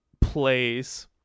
plays